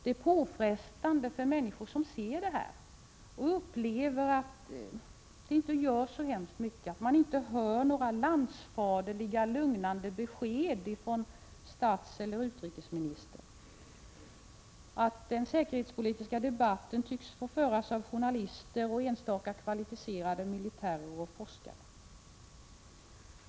Det är påfrestande för de människor som ser detta och upplever att det inte görs så hemskt mycket, att inte få landsfaderliga besked från statseller utrikesministern. Den säkerhetspolitiska debatten tycks få föras av journalister och enstaka kvalificerade militärer och forskare.